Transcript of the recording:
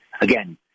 again